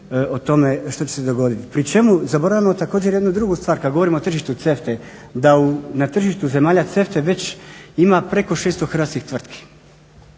o tome što će se dogoditi. Pri čemu zaboravljamo također jednu drugu stvar, kad govorimo o tržištu CEFTA-e da na tržištu zemalja CEFTA-e već ima preko 600 hrvatskih tvrtki